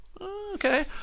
Okay